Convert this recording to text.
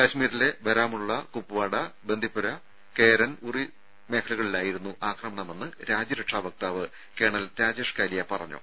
കശ്മീരിലെ ബരാമുള്ള കുപ്പ് വാര ബന്ദിപ്പൊര കേരൻ ഉറി മേഖലകളിലായിരുന്നു ആക്രമണമെന്ന് രാജ്യരക്ഷാ വക്താവ് കേണൽ രാജേഷ് കാലിയ പറഞ്ഞു